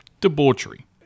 Debauchery